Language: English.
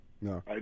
No